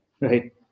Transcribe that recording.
Right